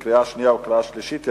קריאה שנייה ולקריאה שלישית.